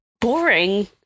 boring